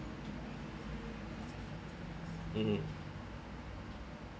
(uh huh)